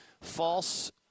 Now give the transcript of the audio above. false